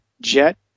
jet